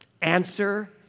answer